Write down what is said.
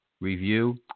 review